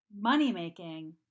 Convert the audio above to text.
Money-making